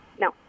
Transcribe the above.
no